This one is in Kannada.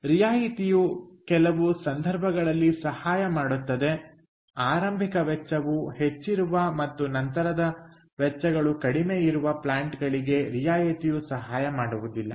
ರಿಯಾಯಿತಿಯು ಕೆಲವು ಸಂದರ್ಭಗಳಲ್ಲಿ ಸಹಾಯ ಮಾಡುತ್ತದೆ ಆರಂಭಿಕ ವೆಚ್ಚವು ಹೆಚ್ಚಿರುವ ಮತ್ತು ನಂತರದ ವೆಚ್ಚಗಳು ಕಡಿಮೆ ಇರುವ ಪ್ಲಾಂಟ್ಗಳಿಗೆ ರಿಯಾಯಿತಿಯು ಸಹಾಯ ಮಾಡುವುದಿಲ್ಲ